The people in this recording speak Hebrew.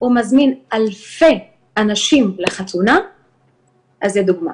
ומזמין אלפי אנשים לחתונה אז זו דוגמה.